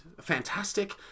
fantastic